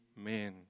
Amen